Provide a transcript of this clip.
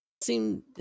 Seem